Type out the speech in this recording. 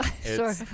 Sure